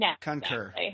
Concur